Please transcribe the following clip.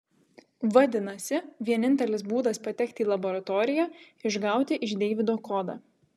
vadinasi vienintelis būdas patekti į laboratoriją išgauti iš deivido kodą